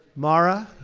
mara.